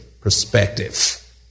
perspective